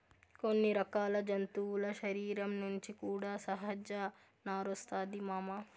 కొన్ని రకాల జంతువుల శరీరం నుంచి కూడా సహజ నారొస్తాది మామ